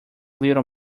little